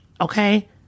Okay